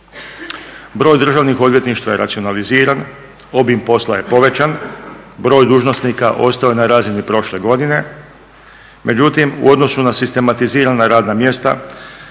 Broj državnih odvjetništava je racionaliziran, obim posla je povećan, broj dužnosnika ostao je na razini prošle godine, međutim u odnosu na sistematizirana radna mjesta